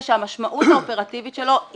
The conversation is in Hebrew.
אבל הקציבו לי דקה,